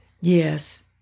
Yes